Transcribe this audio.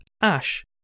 Ash